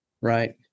Right